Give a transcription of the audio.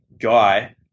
guy